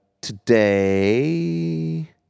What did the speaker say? today